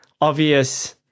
obvious